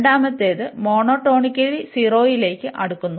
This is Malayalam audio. രണ്ടാമത്തേത് മോനോടോണിക്കലി 0ലേക് അടുക്കുന്നു